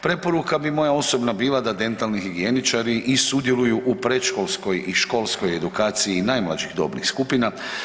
Preporuka bi moja osobna bila da dentalni higijeničari i sudjeluju u predškolskoj i školskoj edukaciji i najmlađih dobnih skupina.